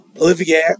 Olivia